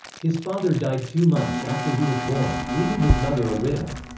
his father died two months after he was born, leaving his mother a widow.